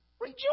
rejoice